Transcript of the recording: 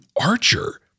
archer